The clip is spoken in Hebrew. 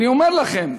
אני אומר לכם: